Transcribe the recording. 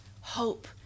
Hope